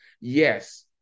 yes